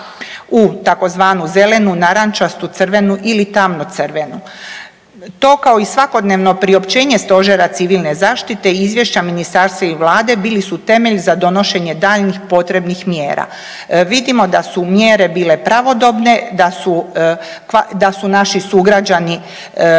u tzv. zelenu, narančastu, crvenu ili tamno crvenu. To kao i svakodnevno priopćenje Stožera civilne zaštite i izvješća Ministarstva i Vlade bili su temelj za donošenje daljnjih potrebnih mjera. Vidimo da su mjere bile pravodobne, da su naši sugrađani